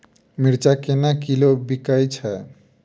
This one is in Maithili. मिर्चा केना किलो बिकइ छैय?